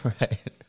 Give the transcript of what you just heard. Right